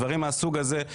דברים מהסוג הזה,